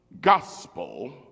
gospel